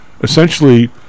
essentially